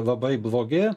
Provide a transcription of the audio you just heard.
labai blogi